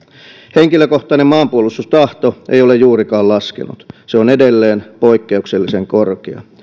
henkilökohtainen maanpuolustustahto ei ole juurikaan laskenut se on edelleen poik keuksellisen korkea